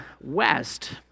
West